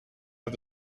dat